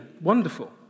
wonderful